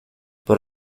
por